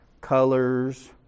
Colors